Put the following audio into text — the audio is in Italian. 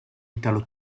italo